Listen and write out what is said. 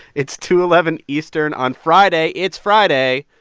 its two eleven eastern on friday. it's friday,